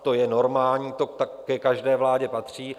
To je normální, to ke každé vládě patří.